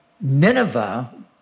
Nineveh